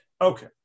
Okay